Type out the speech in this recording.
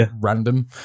random